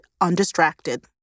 Undistracted